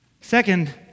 Second